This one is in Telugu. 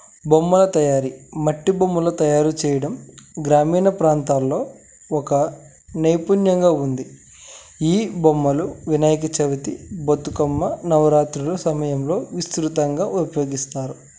బొమ్మల తయారీ మట్టి బొమ్మలు తయారు చేయడం గ్రామీణ ప్రాంతాల్లో ఒక నైపుణ్యంగా ఉంది ఈ బొమ్మలు వినాయక చవితి బతుకమ్మ నవరాత్రులు సమయంలో విస్తృతంగా ఉపయోగిస్తారు